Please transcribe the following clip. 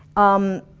um,